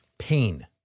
pain